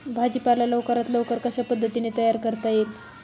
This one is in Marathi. भाजी पाला लवकरात लवकर कशा पद्धतीने तयार करता येईल?